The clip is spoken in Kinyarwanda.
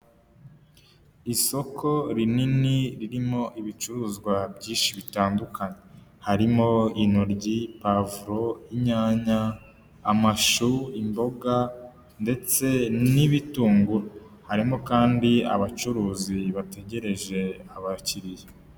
Isoko rinini ririmo ibicuruzwa byinshi bitandukanye, harimo inoryi, pavuro, inyanya, amashu, imboga ndetse n'ibitunguru, harimo kandi abacuruzi bategereje abakiriya.